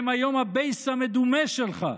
הם היום הבייס המדומה שלך,